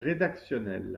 rédactionnel